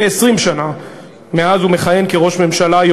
כ-20 שנה מאז כיהן כראש הממשלה,